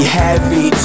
heavy